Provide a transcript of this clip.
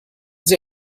sie